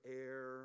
air